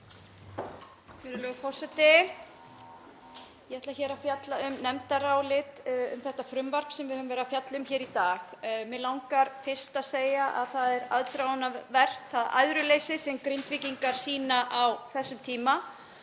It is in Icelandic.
Virðulegur forseti. Ég ætla að fjalla um nefndarálit um þetta frumvarp sem við höfum verið að fjalla um hér í dag. Mig langar fyrst að segja að það er aðdáunarvert það æðruleysi sem Grindvíkingar sýna á þessum tíma